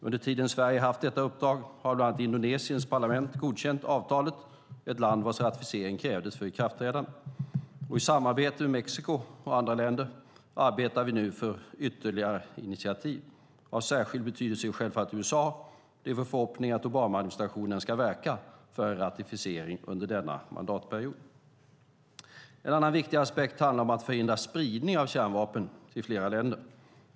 Under tiden Sverige haft detta uppdrag har bland annat Indonesiens parlament godkänt avtalet - ett land vars ratificering krävs för ikraftträdande. I samarbete såväl med Mexiko som med andra länder arbetar vi nu för ytterligare initiativ. Av alldeles särskild betydelse är självfallet USA, och det är vår förhoppning att Obama-administrationen ska verka för en ratificering under denna mandatperiod. En annan viktig aspekt handlar om att förhindra spridning av kärnvapen till fler länder.